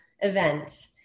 event